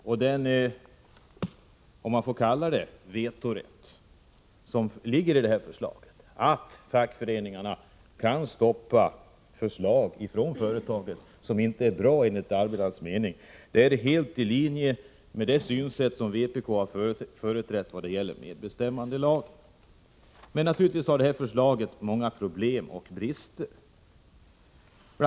Den vetorätt, om man får kalla det så, som ligger i förslaget och som innebär att fackföreningarna kan stoppa förslag från företagen som enligt arbetarnas mening inte är bra, är helt i linje med det synsätt som vpk har företrätt i vad gäller medbestämmandelagen. Naturligtvis har det föreliggande förslaget många problem och brister.